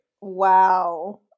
Wow